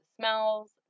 smells